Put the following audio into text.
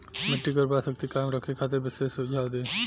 मिट्टी के उर्वरा शक्ति कायम रखे खातिर विशेष सुझाव दी?